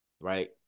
Right